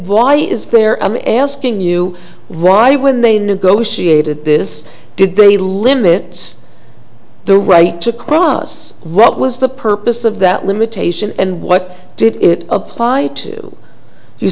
why is there i'm asking you why when they negotiated this did the limits the right to cross what was the purpose of that limitation and what did it apply to you